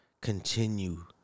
continue